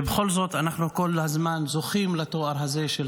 ובכל זאת אנחנו כל הזמן זוכים לתואר הזה של